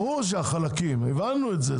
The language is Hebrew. ברור שהחלקים, הבנו את זה.